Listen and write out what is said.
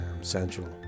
central